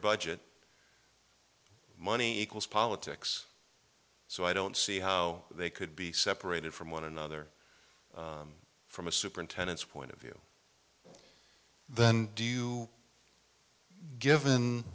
budget money equals politics so i don't see how they could be separated from one another from a superintendent's point of view than do you given